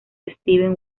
steven